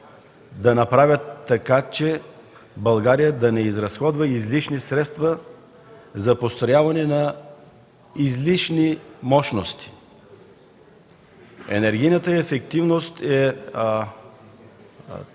да направят така, че България да не изразходва излишни средства за построяване на излишни мощности. Разглеждайки стария